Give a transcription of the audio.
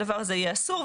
הדבר הזה יהיה אסור.